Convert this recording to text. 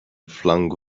flung